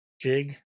Jig